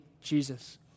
Jesus